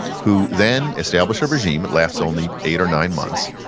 who then establish a regime, it lasts only eight or nine months,